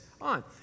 on